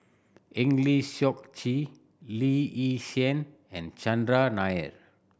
Eng Lee Seok Chee Lee Yi Shyan and Chandran Nair